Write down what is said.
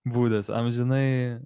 būdas amžinai